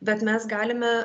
bet mes galime